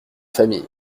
famille